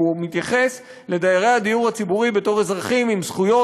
כי הוא מתייחס לדיירי הדיור הציבורי כאל אזרחים עם זכויות,